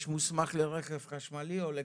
יש מוסמך לרכב חשמלי או לכבד,